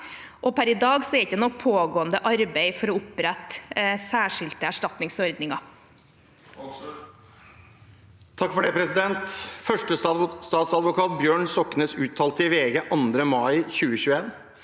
per i dag er det ikke noe pågående arbeid for å opprette særskilte erstatningsordninger.